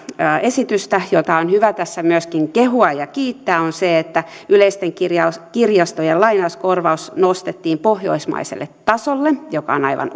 esitystä jota on hyvä tässä myöskin kehua ja kiittää on se että yleisten kirjastojen lainauskorvaus nostettiin pohjoismaiselle tasolle mikä on aivan